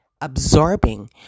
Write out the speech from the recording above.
absorbing